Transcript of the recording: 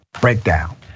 breakdown